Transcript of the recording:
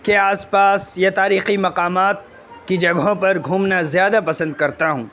کے آس پاس یا تاریخی مقامات کی جگہوں پر گھومنا زیادہ پسند کرتا ہوں